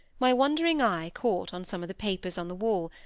my wandering eye caught on some of the papers on the wall,